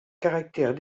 caractère